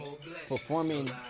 Performing